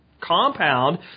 compound